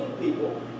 people